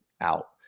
out